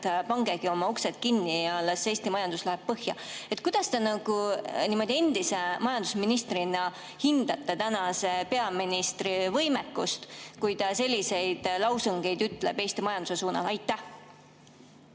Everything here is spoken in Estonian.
pangegi oma uksed kinni ja las Eesti majandus läheb põhja. Kuidas te endise majandusministrina hindate tänase peaministri võimekust, kui ta selliseid lausungeid ütleb Eesti majanduse suunal? Aitäh,